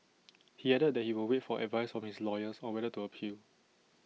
he added that he will wait for advice from his lawyers on whether to appeal